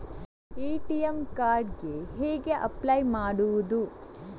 ATM card ಗೆ ಹೇಗೆ apply ಮಾಡುವುದು?